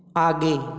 आगे